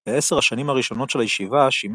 בעשר השנים הראשונות של הישיבה שימש